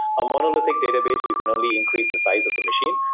a monolithic database, you can only increase the size of the machine.